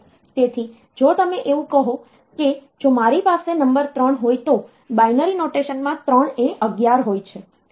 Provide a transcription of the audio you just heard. તેથી જો તમે એવું કહો કે જો મારી પાસે નંબર 3 હોય તો બાઈનરી નોટેશન માં 3 એ 11 હોય છે